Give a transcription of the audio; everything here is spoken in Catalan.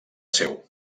seu